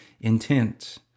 intent